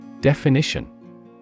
Definition